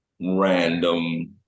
random